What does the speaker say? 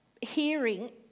hearing